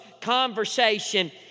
conversation